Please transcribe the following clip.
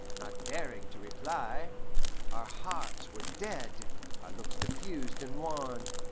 not daring to reply our hearts were dead, our looks diffused and wan.